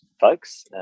folks